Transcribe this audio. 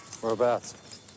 Whereabouts